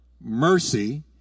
Mercy